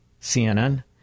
CNN